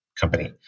company